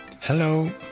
Hello